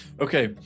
okay